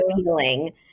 appealing